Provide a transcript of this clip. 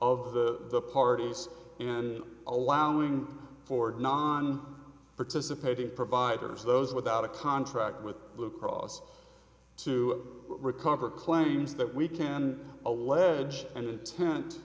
of the parties and allowing for non participating providers those without a contract with blue cross to recover claims that we can allege and tent